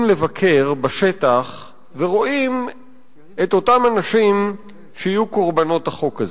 לבקר בשטח ורואים את אותם אנשים שיהיו קורבנות החוק הזה.